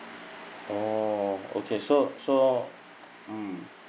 oh okay so so I'll um